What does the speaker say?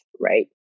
right